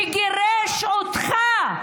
שגירש אותך,